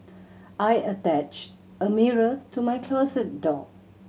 I attached a mirror to my closet door